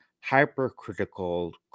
hypercritical